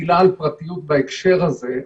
מילה על הפרטיות בהקשר הזה,